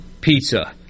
pizza